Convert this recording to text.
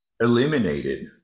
eliminated